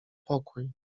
pokój